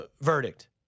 verdict